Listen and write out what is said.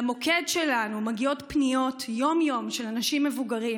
למוקד שלנו מגיעות יום-יום פניות של אנשים מבוגרים,